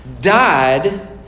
died